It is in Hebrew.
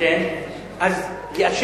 אם תמשיך לדבר,